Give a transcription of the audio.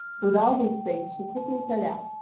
with all these things she quickly set out,